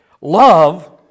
Love